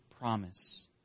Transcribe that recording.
promise